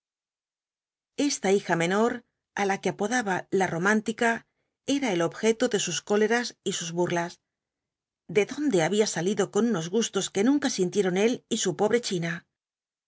esta hija menor á la que apodaba la romántica era el objeto de sus cóleras y sus burlas de dónde había salido con unos gustos que nunca sintieron él y su pobre china